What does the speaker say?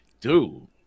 dude